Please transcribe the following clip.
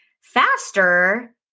faster